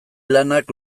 lanak